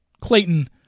Clayton